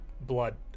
blood